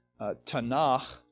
Tanakh